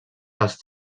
les